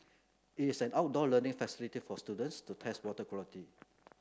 it is an outdoor learning facility for students to test water quality